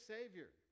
Savior